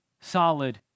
solid